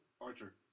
Archer